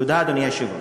תודה, אדוני היושב-ראש.